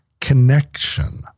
connection